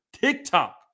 TikTok